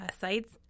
sites